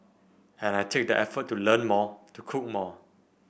and I take the effort to learn more to cook more